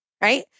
right